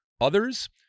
others